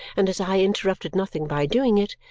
and as i interrupted nothing by doing it,